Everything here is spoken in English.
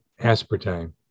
aspartame